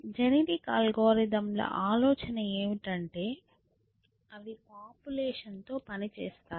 genetic అల్గోరిథంల ఆలోచన ఏమిటంటే అవి పాపులేషన్ తో పనిచేస్తాయి